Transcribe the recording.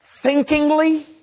Thinkingly